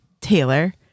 Taylor